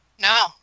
No